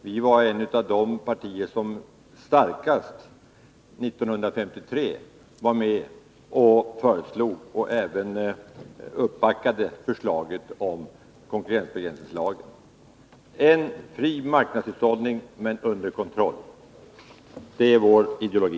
Vi var ett av de partier som 1953 starkast var med om att föreslå och även uppbacka förslaget om konkurrensbegränsningslagen. En fri marknadshushållning men under kontroll, det är vår ideologi.